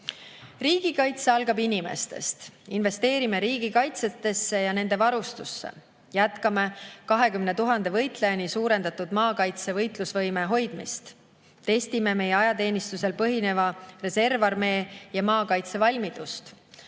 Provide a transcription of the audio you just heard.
Riigikaitse algab inimestest. Investeerime riigi kaitsjatesse ja nende varustusse. Jätkame 20 000 võitlejani suurendatud maakaitse võitlusvõime hoidmist. Testime meie ajateenistusel põhineva reservarmee ja maakaitse valmidust.